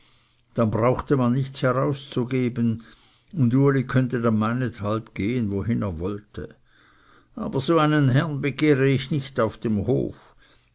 dem brauchte man nichts herauszugeben und uli könnte dann meinethalb gehen wohin er wollte aber so einen herrn begehre ich nicht auf den hof